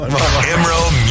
Emerald